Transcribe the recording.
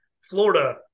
Florida